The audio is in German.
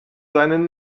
seinen